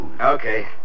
Okay